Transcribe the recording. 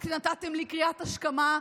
אז נתתם לי קריאת השכמה,